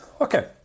Okay